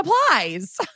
supplies